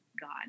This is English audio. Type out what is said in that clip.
God